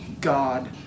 God